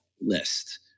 list